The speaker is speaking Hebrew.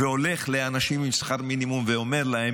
והולך לאנשים עם שכר מינימום ואומר להם: